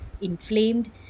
inflamed